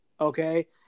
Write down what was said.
Okay